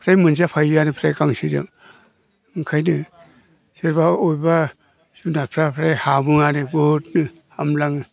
फ्राय मोनजाफायोआनो गांसोजों ओंखायनो सोरबा अबेबा जुनारफ्रा फ्राय हामोआनो बुहुदनो हामलाङो